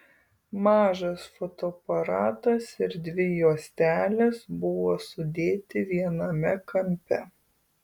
mažas fotoaparatas ir dvi juostelės buvo sudėti viename kampe